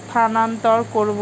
স্থানান্তর করব?